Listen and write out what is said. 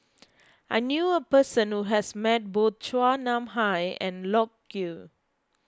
I knew a person who has met both Chua Nam Hai and Loke Yew